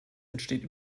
entsteht